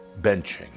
benching